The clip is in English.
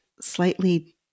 slightly